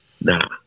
Nah